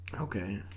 Okay